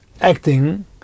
acting